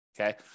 okay